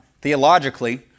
theologically